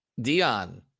Dion